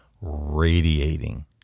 radiating